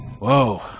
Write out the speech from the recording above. Whoa